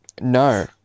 no